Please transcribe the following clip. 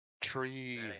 tree